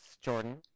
jordan